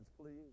please